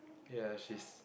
ya she's